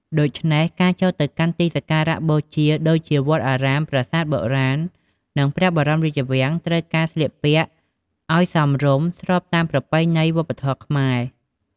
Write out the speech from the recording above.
ដូច្នេះ ការចូលទៅកាន់ទីសក្ការៈបូជាដូចជាវត្តអារាម ប្រាសាទបុរាណ និងព្រះបរមរាជវាំង ត្រូវការស្លៀកពាក់អោយសមរម្យ ស្របតាមប្រពៃណីវប្បធម៌ខ្មែរ។